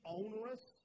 onerous